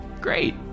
Great